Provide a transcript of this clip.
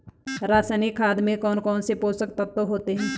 रासायनिक खाद में कौन कौन से पोषक तत्व होते हैं?